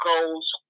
goals